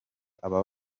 aba